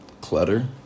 clutter